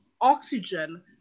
oxygen